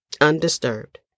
undisturbed